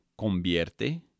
convierte